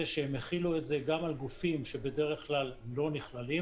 שהם החילו את זה גם על גופים שבדרך כלל לא נכללים.